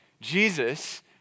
Jesus